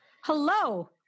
Hello